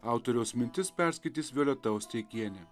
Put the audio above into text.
autoriaus mintis perskaitys violeta osteikienė